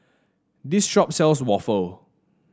this shop sells waffle